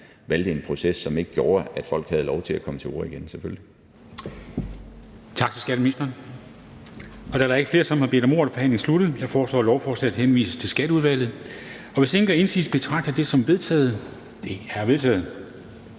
valgte en proces, som ikke gjorde, at folk havde lov til at komme til orde igen,